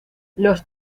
los